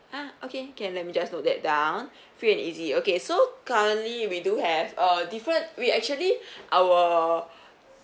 ah okay can let me just note that down free and easy okay so currently we do have uh different we actually our